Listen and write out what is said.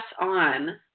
on